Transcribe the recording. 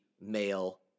male